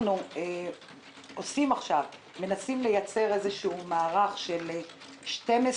אנחנו מנסים לייצר איזה שהוא מערך של 12